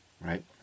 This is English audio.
right